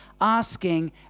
asking